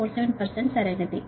47 సరైనది